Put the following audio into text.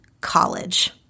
college